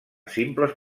simples